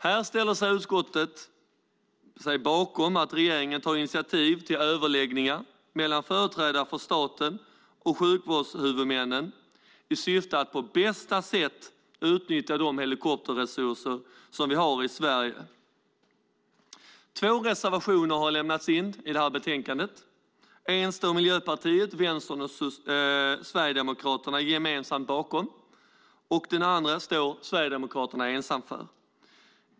Här ställer sig utskottet bakom att regeringen tar initiativ till överläggningar mellan företrädare för staten och sjukvårdshuvudmännen i syfte att på bästa sätt utnyttja de helikopterresurser som vi har i Sverige. Två reservationer har lämnats till betänkandet. En står Miljöpartiet, Vänstern och Sverigedemokraterna gemensamt bakom. Den andra står Sverigedemokraterna ensamt för.